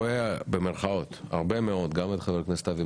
אני "רואה" הרבה מאוד גם את חבר הכנסת אבי